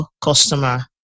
Customer